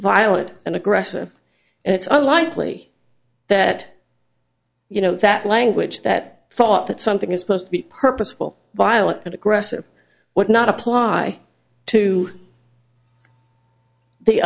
violent and aggressive and it's unlikely that you know that language that thought that something is supposed to be purposeful violent and aggressive would not apply to the